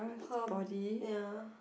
her ya